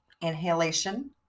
inhalation